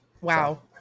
Wow